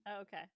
Okay